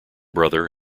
brother